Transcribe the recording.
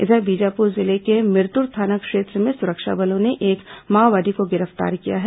इधर बीजापुर जिले के मिरतुर थाना क्षेत्र में सुरक्षा बलों ने एक माओवादी को गिरफ्तार किया है